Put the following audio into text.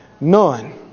None